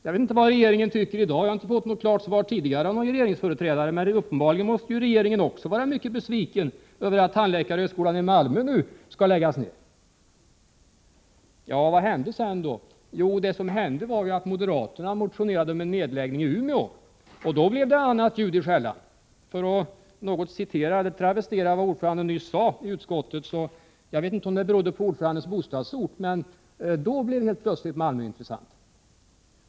Jag vet inte vad regeringen tycker i dag. Jag har inte fått ett klart svar tidigare av någon regeringsföreträdare. Men uppenbarligen — så måste det förhålla sig — är även regeringen mycket besviken över att tandläkarhögskolan i Malmö skall läggas ned. Vad hände sedan? Jo, moderaterna motionerade om en nedläggning av utbildningen i Umeå, och då blev det annat ljud i skällan. För att travestera vad utskottsordföranden nyss sade vet jag inte om ordförandens bostadsort var orsaken. Helt plötsligt blev dock Malmö intressant.